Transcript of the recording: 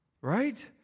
right